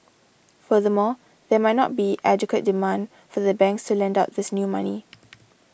furthermore there might not be adequate demand for the banks to lend out this new money